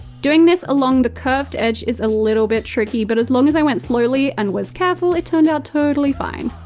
doing this along the curved edge is a little bit tricky, but as long as i went slowly and was careful, it turned out totally fine.